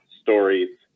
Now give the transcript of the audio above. stories